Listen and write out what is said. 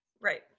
Right